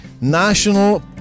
national